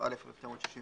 התשכ"א 1961,